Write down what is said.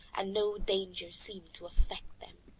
and no danger seemed to affect them.